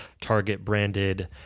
Target-branded